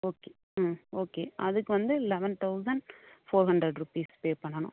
okay hmm okay அதுக்கு வந்து eleven thousand four hundred rupees pay பண்ணணும்